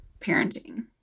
parenting